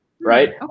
right